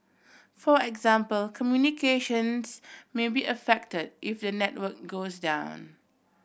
for example communications may be affected if the network goes down